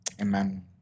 Amen